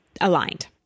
aligned